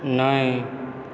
नहि